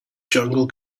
jungle